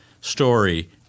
story